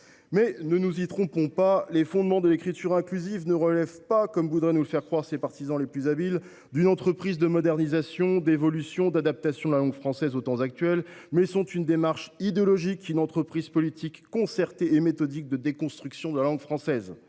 Ne nous y trompons pas, les fondements de l’écriture inclusive ne relèvent pas, comme voudraient nous le faire croire ses partisans les plus habiles, d’une entreprise de modernisation, d’évolution, d’adaptation de la langue française aux temps actuels. Ils sont une démarche idéologique, une entreprise politique, concertée et méthodique, de déconstruction de la langue française.